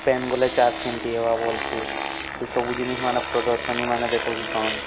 pain ଗଲେ ଚାଷ୍ କେନ୍ତି ହେବା ଭଲ୍ସେ ସେସବୁ ଜିନିଷ୍ ମାନେ ପ୍ରଦର୍ଶନୀ ମାନେ ଦେଖଉ ଥିସନ୍